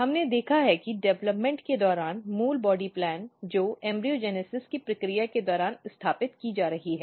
हमने देखा है कि डेवलपमेंट के दौरान मूल बॉडी प्लान जो एम्ब्रीओजेनिसिस की प्रक्रिया के दौरान स्थापित की जा रही है